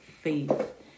faith